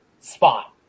spot